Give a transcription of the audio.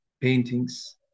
paintings